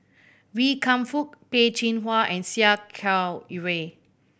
Wee Kam Fook Peh Chin Hua and Sia Kah Hui